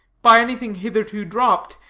by anything hitherto dropped,